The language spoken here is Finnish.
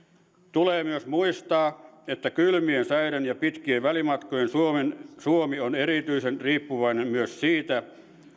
tulee myös muistaa että kylmien säiden ja pitkien välimatkojen suomi on erityisen riippuvainen myös siitä